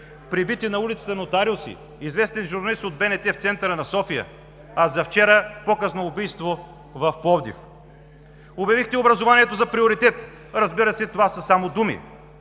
пребити на улицата нотариуси, известен журналист от БНТ в центъра на София, а завчера – показно убийство в Пловдив. Обявихте образованието за приоритет. Разбира се, това са само думи,